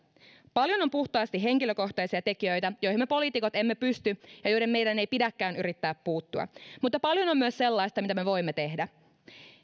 paljon on puhtaasti henkilökohtaisia tekijöitä joihin me poliitikot emme pysty puuttumaan ja joihin meidän ei pidäkään yrittää puuttua mutta paljon on myös sellaista mitä me voimme tehdä tutkitusti